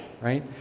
right